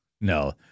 No